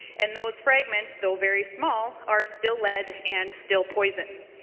and those fragments though very small are still led and still poison.